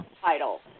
title